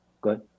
Good